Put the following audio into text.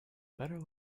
better